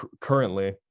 currently